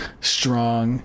strong